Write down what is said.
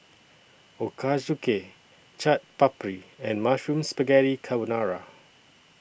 Ochazuke Chaat Papri and Mushroom Spaghetti Carbonara